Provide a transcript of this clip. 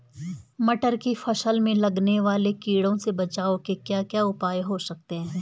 मटर की फसल में लगने वाले कीड़ों से बचाव के क्या क्या उपाय हो सकते हैं?